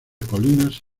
colinas